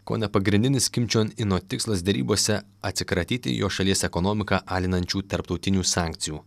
kone pagrindinis kim čion ino tikslas derybose atsikratyti jo šalies ekonomiką alinančių tarptautinių sankcijų